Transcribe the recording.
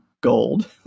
gold